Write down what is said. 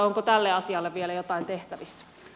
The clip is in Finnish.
onko tälle asialle vielä jotain tehtävissä